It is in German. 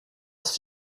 ist